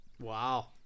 Wow